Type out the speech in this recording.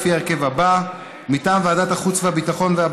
לפי ההרכב הבא: מטעם ועדת החוץ והביטחון,